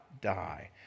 die